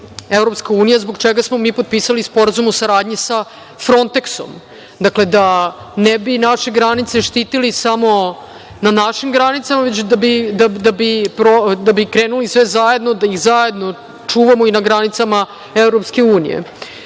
ipak EU zbog čega smo mi potpisali Sporazum o saradnji sa Fronteksom. Dakle, da ne bi naše granice štitili samo na našim granicama, već da bi krenuli sve zajedno, da ih zajedno čuvamo i na granicama EU, da